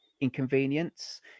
inconvenience